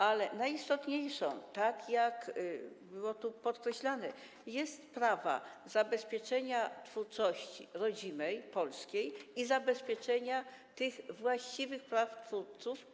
Ale najistotniejszą sprawą, tak jak było tu podkreślane, jest sprawa zabezpieczenia twórczości rodzimej, polskiej i zabezpieczenia tych właściwych praw twórców.